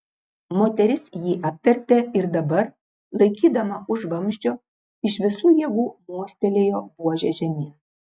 moteris jį apvertė ir dabar laikydama už vamzdžio iš visų jėgų mostelėjo buože žemyn